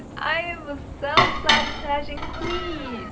i am a self-sabotaging queeeen. uuugh,